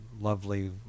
lovely